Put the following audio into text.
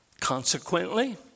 Consequently